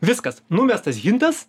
viskas numestas hintas